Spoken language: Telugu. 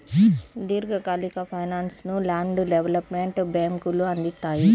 దీర్ఘకాలిక ఫైనాన్స్ను ల్యాండ్ డెవలప్మెంట్ బ్యేంకులు అందిత్తాయి